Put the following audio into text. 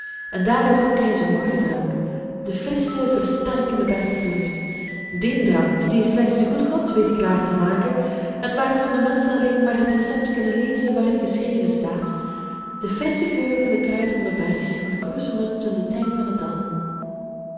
en daar dronk hij zijn morgendrank de frissche versterkende berglucht dien drank dien slechts de goede god weet klaar te maken en waarvan de menschen alleen maar het recept kunnen lezen waarin geschreven staat de frissche geur van de kruiden van den berg van de kroezemunt en den tijm van het dal